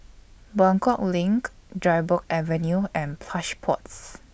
Buangkok LINK Dryburgh Avenue and Plush Pods